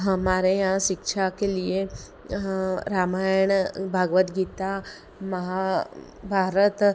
हमारे यहाँ शिक्षा के लिए हाँ रामायण भागवत गीता महा भारत